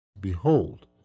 behold